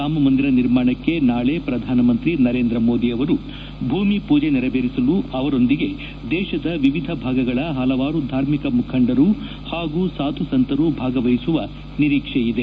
ರಾಮಮಂದಿರ ನಿರ್ಮಾಣಕ್ಕೆ ನಾಳಿ ಪ್ರಧಾನಮಂತ್ರಿ ನರೇಂದ್ರ ಮೋದಿ ಅವರು ಭೂಮಿ ಪೂಜೆ ನೆರವೇರಿಸಲು ಅವರೊಂದಿಗೆ ದೇಶದ ವಿವಿಧ ಭಾಗಗಳ ಪಲವಾರು ಧಾರ್ಮಿಕ ಮುಖಂಡರು ಪಾಗೂ ಸಾಧು ಸಂತರು ಭಾಗವಹಿಸುವ ನಿರೀಕ್ಷೆಯಿದೆ